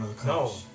No